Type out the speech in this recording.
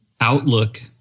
Outlook